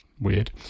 weird